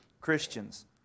Christians